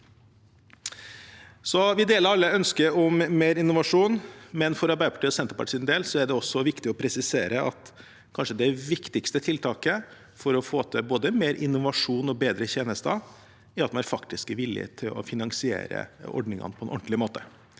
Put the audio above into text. vi deler alle ønsket om mer innovasjon, men for Arbeiderpartiet og Senterpartiets del er det viktig å presisere at det kanskje viktigste tiltaket for å få til både mer innovasjon og bedre tjenester, er at man faktisk er villig til å finansiere ordningene på en ordentlig måte.